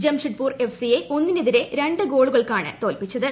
ജംഷഡ്പൂർ എഫ്സിയെ ഒന്നിനെതിരെ രണ്ട് ഗോളുകൾക്കാണ് തോൽപ്പിച്ചത്